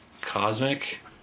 cosmic